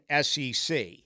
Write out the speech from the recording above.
SEC